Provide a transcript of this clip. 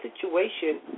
situation